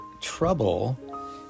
trouble